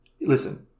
listen